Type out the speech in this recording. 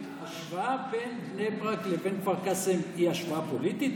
ההשוואה בין בני ברק לבין כפר קאסם היא השוואה פוליטית?